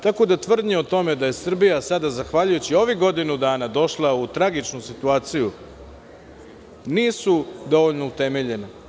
Tako da tvrdnje o tome da je Srbija sada zahvaljujući ovih godinu dana došla u tragičnu situaciju, nisu dovoljno utemeljena.